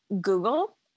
Google